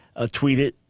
tweeted